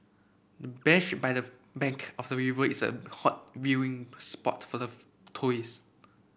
bench by the bank of the river is a hot viewing spot for the tourists